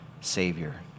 Savior